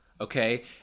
okay